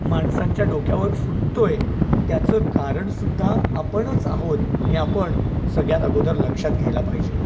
माणसांच्या डोक्यावर फुटतो आहे त्याचं कारण सुद्धा आपणच आहोत हे आपण सगळ्यात अगोदर लक्षात घ्यायला पाहिजे